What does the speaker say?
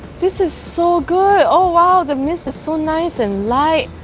this is so good, oh wow the mist is so nice and light.